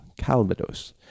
Calvados